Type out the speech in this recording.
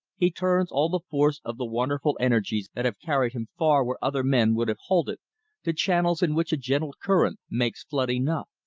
he turns all the force of the wonderful energies that have carried him far where other men would have halted, to channels in which a gentle current makes flood enough.